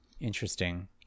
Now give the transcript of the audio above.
Interesting